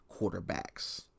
quarterbacks